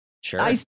sure